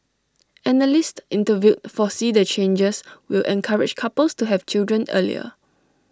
analysts interviewed foresee the changes will encourage couples to have children earlier